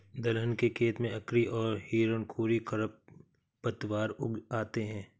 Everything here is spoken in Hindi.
दलहन के खेत में अकरी और हिरणखूरी खरपतवार उग आते हैं